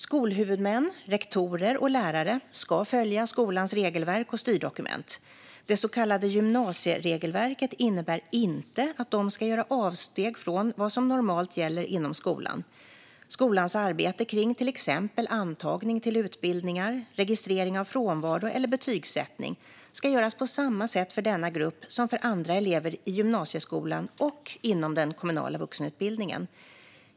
Skolhuvudmän, rektorer och lärare ska följa skolans regelverk och styrdokument. Det så kallade gymnasieregelverket innebär inte att de ska göra avsteg från vad som normalt gäller inom skolan. Skolans arbete kring till exempel antagning till utbildningar, registrering av frånvaro eller betygsättning ska göras på samma sätt för denna grupp som för andra elever i gymnasieskolan och inom den kommunala vuxenutbildningen.